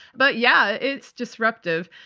but yeah, it's disruptive,